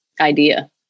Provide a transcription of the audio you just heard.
idea